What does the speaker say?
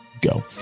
go